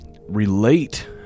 relate